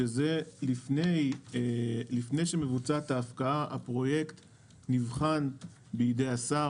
כשלפני שמבוצעת ההפקעה הפרויקט נבחן בידי השר.